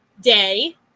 day